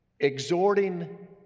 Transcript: Exhorting